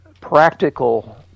practical